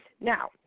Now